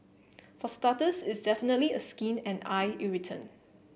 for starters it's definitely a skin and eye irritant